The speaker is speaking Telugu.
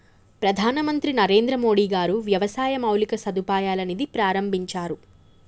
ప్రధాన మంత్రి నరేంద్రమోడీ గారు వ్యవసాయ మౌలిక సదుపాయాల నిధి ప్రాభించారు